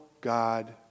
God